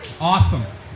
Awesome